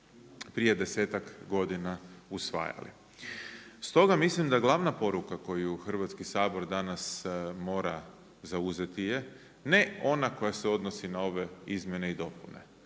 prije desetak godina usvajali. Stoga mislim da glavna poruka koju Hrvatski sabor danas mora zauzeti je ne ona koja se odnosi na ove izmjene i dopune